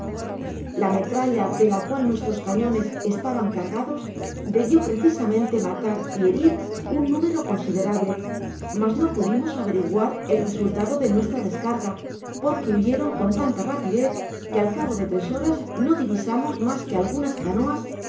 la metralla de la cual nuestros cañones estaban cargados debió precisamente matar y herir un número considerable mas no pudimos averiguar el resultado de nuestra descarga porque huyeron con tanta rapidez que al cabo de tres horas no divisamos mas que algunas canoas que